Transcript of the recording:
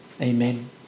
amen